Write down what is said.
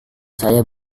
saya